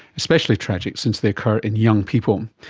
especially tragic since they occur in young people.